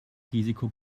risiko